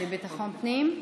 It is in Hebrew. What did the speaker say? לביטחון פנים?